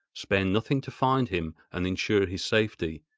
spare nothing to find him and ensure his safety.